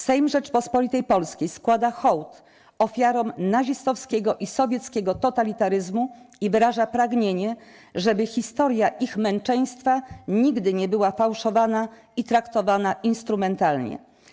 Sejm Rzeczypospolitej Polskiej składa hołd ofiarom nazistowskiego i sowieckiego totalitaryzmu i wyraża pragnienie, żeby historia ich męczeństwa nigdy nie była fałszowana i traktowana instrumentalnie.